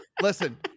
listen